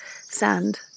sand